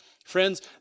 Friends